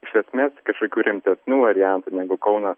iš esmės kažkokių rimtesnių variantų negu kaunas